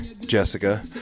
Jessica